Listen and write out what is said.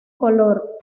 color